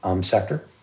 sector